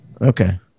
Okay